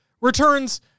returns